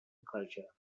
culture